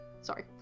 sorry